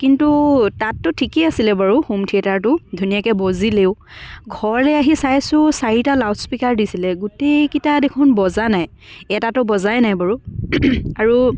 কিন্তু তাততো ঠিকে আছিলে বাৰু হোম থিয়েটাৰটো ধুনীয়াকৈ বাজিলেও ঘৰলৈ আহি চাইছোঁ চাৰিটা লাউডস্পীকাৰ দিছিলে গোটেইকেইটা দেখোন বজা নাই এটাতো বজাই নাই বাৰু আৰু